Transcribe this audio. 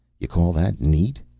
you call that neat?